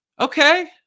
okay